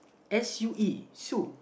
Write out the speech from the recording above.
S U E Sue